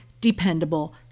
dependable